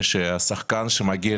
ששחקן שמגיע